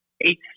eight